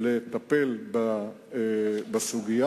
לטפל בה על-פיו.